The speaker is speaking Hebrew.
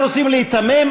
אנחנו רוצים להיתמם?